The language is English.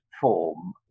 form